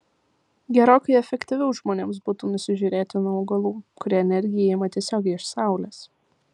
gerokai efektyviau žmonėms būtų nusižiūrėti nuo augalų kurie energiją ima tiesiogiai iš saulės